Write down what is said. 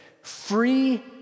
Free